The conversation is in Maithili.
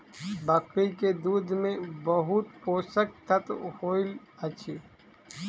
बकरी के दूध में बहुत पोषक तत्व होइत अछि